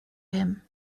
him